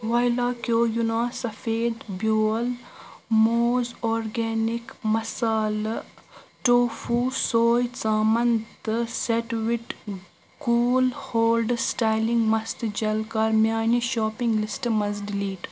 وایلا quinoa سفید بیول موٗز آرگینِک مسالہٕ ٹوفوٗ سوے ژامن تہٕ set wet cool hold styling مستہٕ جل کَر میانہِ شاپنگ لسٹ منٛز ڈلیٖٹ